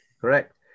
Correct